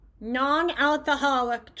non-alcoholic